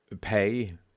pay